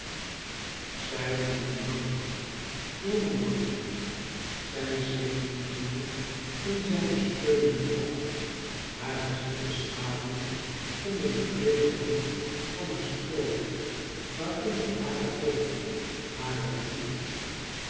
zij liepen langzaam klommen langzaam zij zich voegende in zijn steunenden arm haar gezicht beschaduwd onder den breeden rand van haar stroohoed waaronder hare oogen haar mond